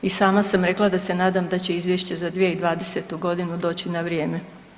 I sama sam rekla da se nadam da će izvješće za 2020. godinu doći na vrijeme.